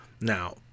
Now